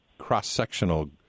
Cross-sectional